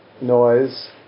noise